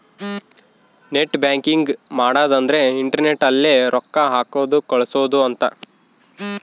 net banking ಮಾಡದ ಅಂದ್ರೆ internet ಅಲ್ಲೆ ರೊಕ್ಕ ಹಾಕೋದು ಕಳ್ಸೋದು ಅಂತ